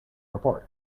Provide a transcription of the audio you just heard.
report